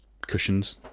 cushions